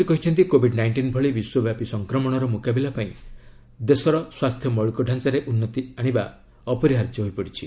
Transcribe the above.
ସେ କହିଛନ୍ତି Covid nineteen ଭଳି ବିଶ୍ୱବ୍ୟାପୀ ସଂକ୍ରମଣର ମୁକାବିଲା ପାଇଁ ଦେଶର ସ୍ୱାସ୍ଥ୍ୟ ମୌଳିକ ଢ଼ାଞ୍ଚାରେ ଉନ୍ତି ଆଣିବା ଅପରିହାର୍ଯ୍ୟ ହୋଇପଡିଛି